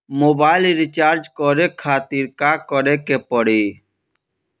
Mobile recharge करे खातिर का करे के पड़ी?